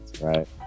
right